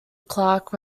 clark